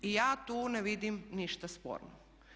I ja tu ne vidim ništa sporno.